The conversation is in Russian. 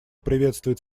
приветствует